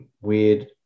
weird